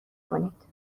کنید